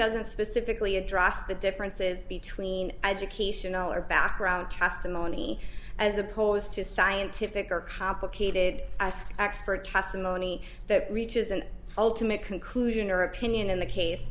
doesn't specifically address the differences between educational or background testimony as opposed to scientific or complicated as expert testimony that reaches an ultimate conclusion or opinion in the case